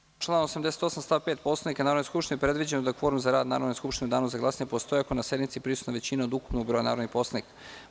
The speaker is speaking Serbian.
Na osnovu člana 88. stav 5. Poslovnika Narodne skupštine, predviđeno je da kvorum za rad Narodne skupštine u Danu za glasanje postoji ako je na sednici prisutna većina od ukupnog broja narodnih poslanika.